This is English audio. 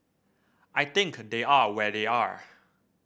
I think they are where they are